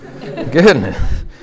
Goodness